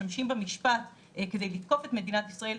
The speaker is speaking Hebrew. משתמשים במשפט כדי לתקוף את מדינת ישראל,